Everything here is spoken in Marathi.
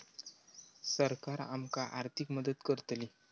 सरकार आमका आर्थिक मदत करतली?